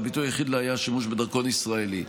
והביטוי היחיד לה היה השימוש בדרכון ישראלי.